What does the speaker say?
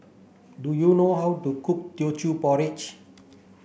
do you know how to cook Teochew Porridge